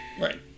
right